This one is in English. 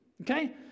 okay